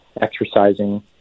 exercising